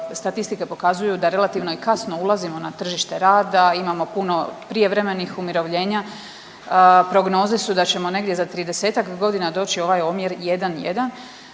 statistike pokazuju da relativno i kasno ulazimo na tržište rada, imamo puno prijevremenih umirovljenja, prognoze su da ćemo negdje za 30-ak godina doći u ovaj omjer 1:1.